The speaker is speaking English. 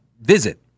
visit